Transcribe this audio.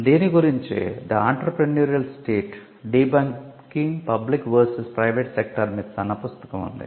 దీని గురించే 'The Entrepreneurial State Debunking Public Vs Private Sector Myths' అన్న పుస్తకం ఉంది